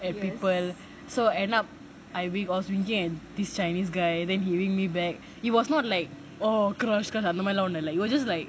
at people so end up I wink I was winking at this chinese guy then he wink me back it was not like oh crush because அந்த மாரிலாம் ஒன்னும் இல்ல:antha maarilaam onnum illa it was just like